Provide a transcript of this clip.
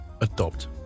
adopt